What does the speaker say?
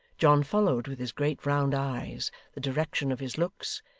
john followed with his great round eyes the direction of his looks,